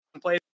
Play